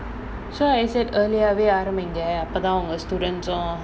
so I said earlier ஆரம்பிங்க அப்போதான் உங்க:aarambinga appothaan unga student உம்:um